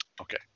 Okay